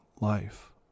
life